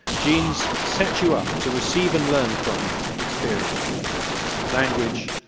genes set you up to receive and learn from experiences language,